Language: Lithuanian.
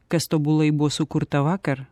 kas tobulai buvo sukurta vakar